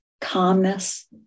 calmness